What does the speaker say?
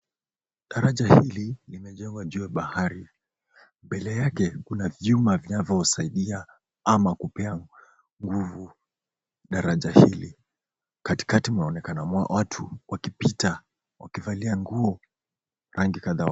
Daraja hili limejengwa juu ya bahari, mbele yake kuna vyuma vinavyosaidia ama kupea nguvu daraja hili. Katikati mwaonekana watu wakipita wakivalia nguo rangi kadha wa kadha.